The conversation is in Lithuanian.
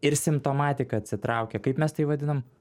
ir simptomatika atsitraukė kaip mes tai vadinam